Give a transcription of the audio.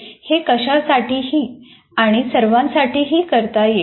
हे कशासाठीही आणि सर्वांसाठीही करता येते